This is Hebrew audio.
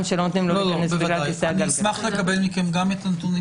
שלא נותנים לו להיכנס בגלל- -- אשמח לקבל גם את הנתונים